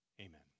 Amen